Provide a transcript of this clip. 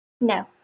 No